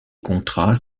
contrats